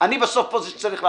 בסוף אני שצריך להחליט,